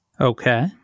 Okay